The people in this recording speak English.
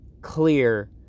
clear